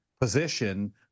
position